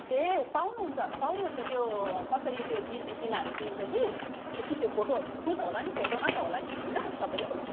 ए पाउनुहुन्छ पाउनुहुन्छ त्यो कसरी त्यो दिन तिनीहरूले लिन्छ कि एकछिन त्यो फोटोहरू चाहिँ फोटो होला नि फोटोमा त होला नि होइन तपाईँलाई